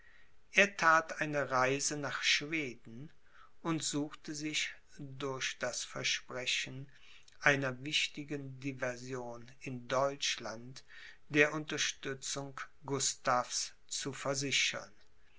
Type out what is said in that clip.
er that eine reise nach schweden und suchte sich durch das versprechen einer wichtigen diversion in deutschland der unterstützung gustavs zu versichern